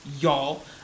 y'all